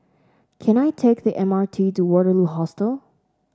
can I take the M R T to Waterloo Hostel